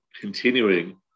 Continuing